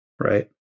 right